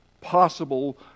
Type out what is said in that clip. possible